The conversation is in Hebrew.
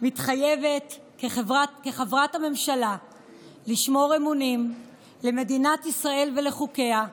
מתחייבת כחברת הממשלה לשמור אמונים למדינת ישראל ולחוקיה,